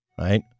right